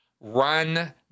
run